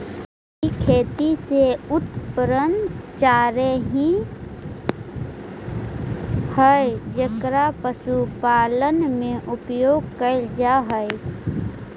ई खेती से उत्पन्न चारे ही हई जेकर पशुपालन में उपयोग कैल जा हई